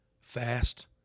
fast